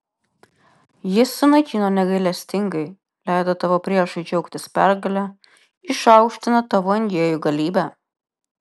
jis sunaikino negailestingai leido tavo priešui džiaugtis pergale išaukštino tavo engėjų galybę